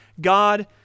god